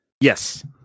Yes